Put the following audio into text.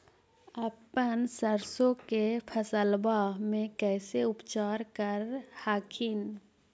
अपन सरसो के फसल्बा मे कैसे उपचार कर हखिन?